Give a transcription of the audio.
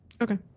Okay